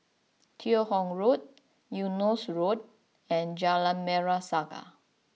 Teo Hong Road Eunos Road and Jalan Merah Saga